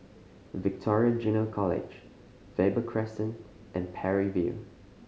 Victoria Junior College Faber Crescent and Parry View